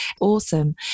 Awesome